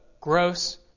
gross